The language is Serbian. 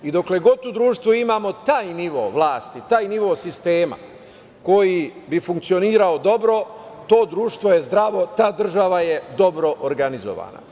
Dokle god to društvo imamo, taj nivo vlasti, taj nivo sistema koji bi funkcionisao dobro, to društvo je zdravo, ta država je dobro organizovana.